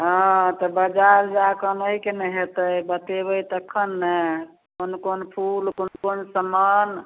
हँ तऽ बाजार जाकऽ अनै के ने हेतै बतेबै तखन ने कोन कोन फूल कोन कोन समान